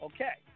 Okay